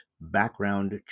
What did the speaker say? background